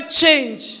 change